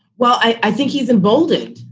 well, i think he's emboldened.